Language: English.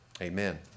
Amen